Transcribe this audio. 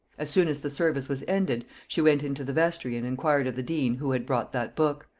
as soon as the service was ended, she went into the vestry and inquired of the dean who had brought that book?